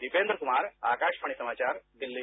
दीपेन्द्र कुमार आकाशवाणी समाचार दिल्ली